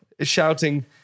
Shouting